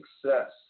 success